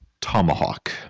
Tomahawk